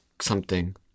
something-